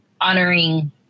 honoring